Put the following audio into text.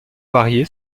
varier